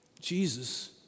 Jesus